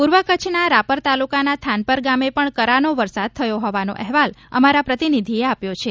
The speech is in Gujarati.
પૂર્વ કચ્છના રાપર તાલુકાના થાનપર ગામે પણ કરાનો વરસાદ થયો હોવાનો અહેવાલ અમારા પ્રતિનિધિએ આપ્યો છે